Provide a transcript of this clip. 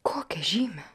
kokią žymę